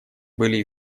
были